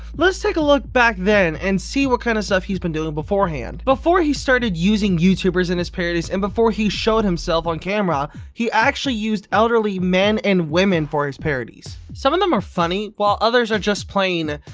let's take a look back then and see what kind of stuff he's been doing beforehand before he started using youtubers in his parodies, and before he showed himself on camera. he actually used elderly men and women for his parodies some of them are funny, while others are just plain.